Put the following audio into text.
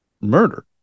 murder